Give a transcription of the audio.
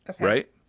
right